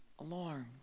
alarmed